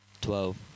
Twelve